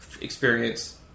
experience